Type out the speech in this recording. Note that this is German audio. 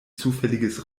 zufälliges